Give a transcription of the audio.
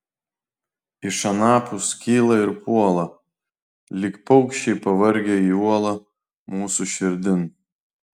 iš anapus kyla ir puola lyg paukščiai pavargę į uolą mūsų širdin